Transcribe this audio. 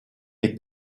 les